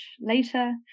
later